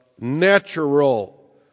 natural